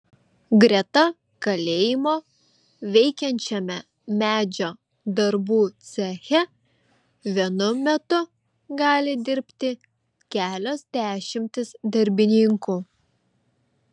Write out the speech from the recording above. greta kalėjimo veikiančiame medžio darbų ceche vienu metu gali dirbti kelios dešimtys darbininkų